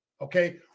okay